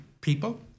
people